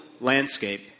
landscape